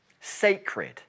sacred